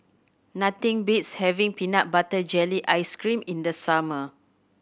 nothing beats having peanut butter jelly ice cream in the summer